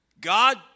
God